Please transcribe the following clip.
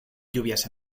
lluvias